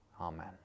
Amen